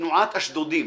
תנועת אשדודים,